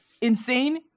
Insane